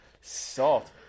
Salt